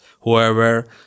whoever